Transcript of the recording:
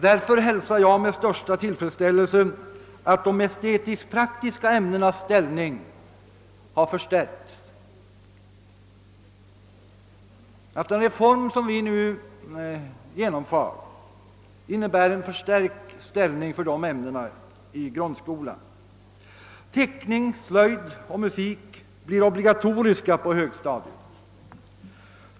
Därför hälsar jag med största tillfredsställelse att den reform som vi nu genomför innebär en förstärkt ställning för de estetiskpraktiska ämnena i grundskolan. Teckning, slöjd och musik blir obligatoriska på högstadiet.